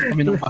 middle